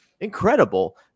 incredible